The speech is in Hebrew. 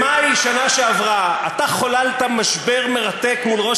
במאי בשנה שעברה אתה חוללת משבר מרתק מול ראש